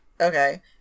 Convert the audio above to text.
okay